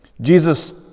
Jesus